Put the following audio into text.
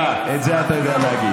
את זה אתה יודע להגיד.